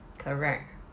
correct